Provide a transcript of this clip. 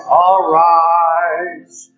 arise